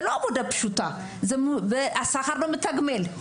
זו לא עבודה פשוטה, והשכר לא מתגמל.